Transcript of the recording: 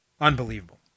Unbelievable